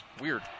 Weird